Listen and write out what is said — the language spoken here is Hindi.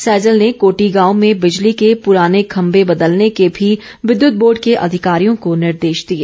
सैजल ने कोटी गांव में बिजली के पुराने खम्भे बदलने के भी विद्युत बोर्ड के अधिकारियों को निर्देश दिए